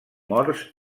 morts